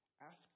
Ask